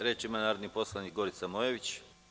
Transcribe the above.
Reč ima narodni poslanik Gorica Mojević.